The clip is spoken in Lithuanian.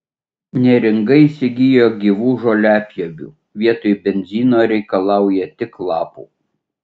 neringa įsigijo gyvų žoliapjovių vietoj benzino reikalauja tik lapų